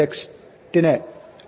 txt നെ output